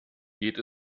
geht